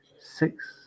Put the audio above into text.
six